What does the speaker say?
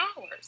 hours